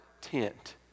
tent